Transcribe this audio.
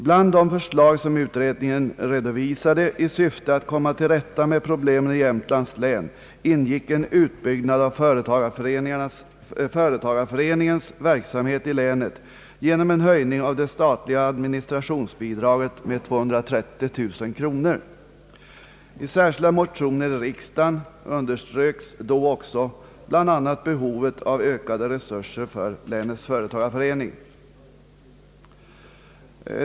Bland de förslag som utredningen redovisade i syfte att komma till rätta med problemen i Jämtlands län ingick en utbyggnad av företagareföreningens verksamhet i länet genom en höjning av det statliga administrationsbidraget med 230 000 kronor. I särskilda motioner till riksdagen underströks då också bl.a. behovet av ökade resurser för länets företagareförening.